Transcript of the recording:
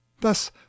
Thus